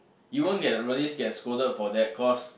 you won't get really get scolded for that cause